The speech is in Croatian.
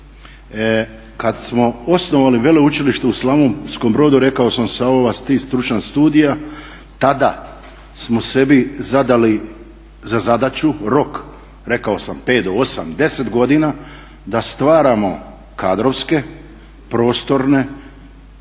kad smo osnovali Veleučilište u Slavonskom Brodu rekao sam sa ova tri stručna studija tada smo sebi zadali za zadaću rok, rekao sam, 5 do 8, 10 godina da stvaramo kadrovske, prostorne